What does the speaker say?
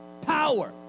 power